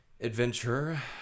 adventure